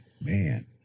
Man